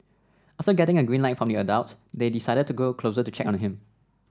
after getting a green light from the adults they decided to go closer to check on him